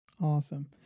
Awesome